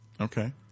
Okay